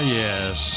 yes